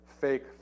fake